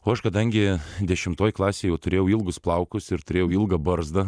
o aš kadangi dešimtoj klasėj jau turėjau ilgus plaukus ir turėjau ilgą barzdą